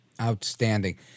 Outstanding